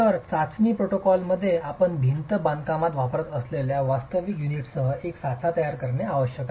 तर चाचणी प्रोटोकॉलमध्ये आपण भिंत बांधकामात वापरत असलेल्या वास्तविक युनिट्ससह एक साचा तयार करणे आवश्यक आहे